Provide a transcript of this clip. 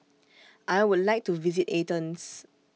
I Would like to visit Athens